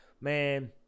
Man